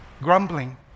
grumbling